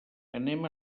anem